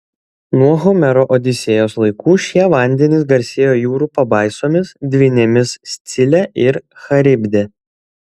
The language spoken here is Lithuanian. nuo homero odisėjos laikų šie vandenys garsėjo jūrų pabaisomis dvynėmis scile ir charibde